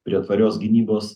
prie tvarios gynybos